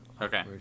Okay